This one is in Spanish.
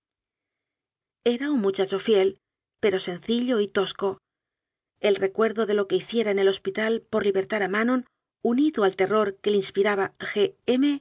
era un muchacho fiel pero sencillo y tosco el recuerdo de lo que hiciera en el hospital por li bertar a manon unido al terror que le inspira